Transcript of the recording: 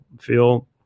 feel